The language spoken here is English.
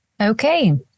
okay